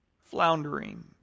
floundering